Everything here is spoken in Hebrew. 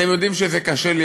אתם יודעים שזה קשה לי,